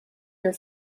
your